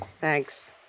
Thanks